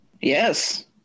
Yes